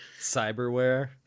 cyberware